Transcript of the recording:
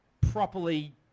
properly